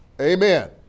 Amen